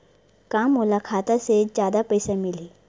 का मोला खाता से जादा पईसा मिलही?